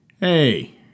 Hey